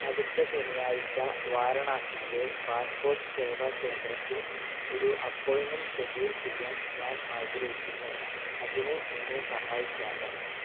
അടുത്ത ശനിയാഴ്ച്ച വാരണാസിയിലേ പാസ്പ്പോട്ട് സേവാ കേന്ദ്രത്തിൽ ഒരു അപ്പോയ്മെൻറ്റ് ഷെഡ്യൂൾ ചെയ്യാൻ ഞാൻ ആഗ്രഹിക്കുന്നു അതിന് എന്നെ സഹായിക്കാമോ